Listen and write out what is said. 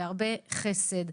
בהרבה חסד.